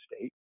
State